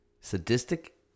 sadistic